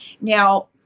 Now